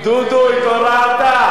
דודו, התעוררת?